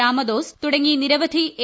രമാദോസ് തുടങ്ങി നിരവധി എ